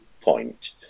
point